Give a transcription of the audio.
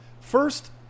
first